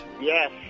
Yes